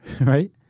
Right